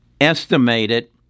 estimated